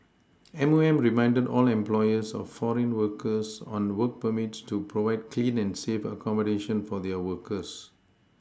M O M reminded all employers of foreign workers on work permits to provide clean and safe accommodation for their workers